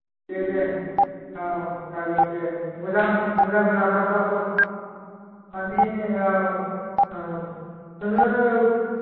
दे दे औ जागोन दे मोजां मोजां गोजा ना फ्राथ' मानि औ औ नोङो